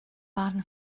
barn